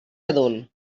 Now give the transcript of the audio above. adult